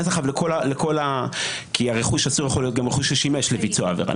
כי הרכוש אסור יכול להיות גם רכוש ששימש לביצוע העבירה,